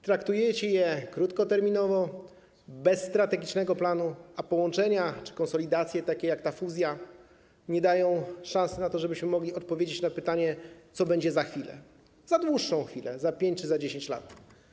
Traktujecie je krótkoterminowo, bez strategicznego planu, a połączenia czy konsolidacje, takie jak ta fuzja, nie dają szans na to, żebyśmy mogli odpowiedzieć na pytanie, co będzie za chwilę, dłuższą chwilę, za 5 lat czy za 10 lat.